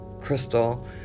Crystal